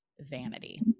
vanity